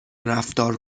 رفتار